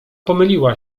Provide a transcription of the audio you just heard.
pomyliła